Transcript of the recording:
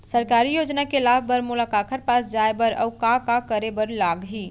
सरकारी योजना के लाभ बर मोला काखर पास जाए बर अऊ का का करे बर लागही?